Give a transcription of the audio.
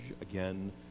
again